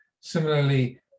Similarly